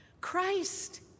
Christ